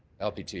lpt.